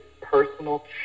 personal